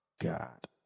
God